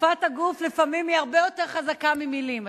שפת הגוף לפעמים הרבה יותר חזקה ממלים,